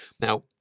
Now